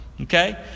Okay